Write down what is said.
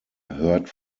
heard